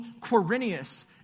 Quirinius